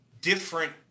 different